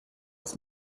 ist